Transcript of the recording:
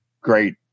great